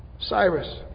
Cyrus